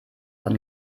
von